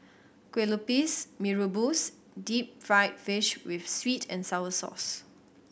kue lupis Mee Rebus deep fried fish with sweet and sour sauce